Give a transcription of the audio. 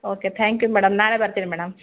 okay thank you madam ನಾಳೆ ಬರ್ತೀನಿ madam